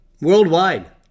worldwide